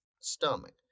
stomach